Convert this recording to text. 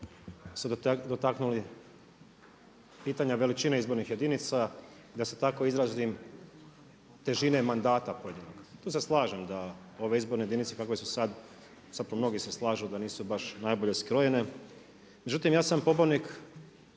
se dotaknuli pitanja veličine izbornih jedinica i da se tako izrazim težine mandata pojedinog. Tu se slažem da ove izborne jedinice kakve su sad, sad tu mnogi se slažu da nisu baš najbolje skrojene. Međutim, ja sam pobornik